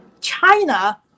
China